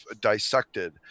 dissected